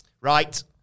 Right